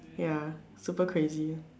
ya super crazy